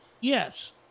Yes